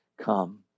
Come